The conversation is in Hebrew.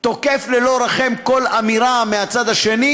כמו שאני תוקף ללא רחם כל אמירה מהצד האחר,